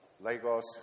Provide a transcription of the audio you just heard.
Lagos